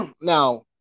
Now